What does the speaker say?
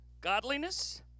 godliness